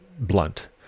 Blunt